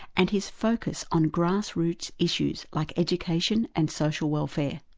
and his focus on grassroot issues like education and social welfare.